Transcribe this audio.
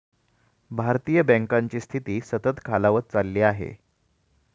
भारतीय बँकांची स्थिती सतत खालावत चालली आहे